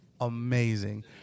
amazing